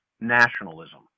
nationalism